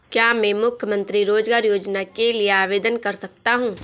क्या मैं मुख्यमंत्री रोज़गार योजना के लिए आवेदन कर सकता हूँ?